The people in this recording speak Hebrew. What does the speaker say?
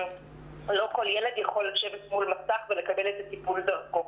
לא כל ילד יכול לשבת מול מסך ולקבל את הטיפול דרכו.